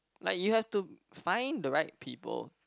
like you have to find the right people